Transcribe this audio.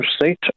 state